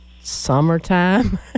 summertime